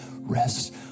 rest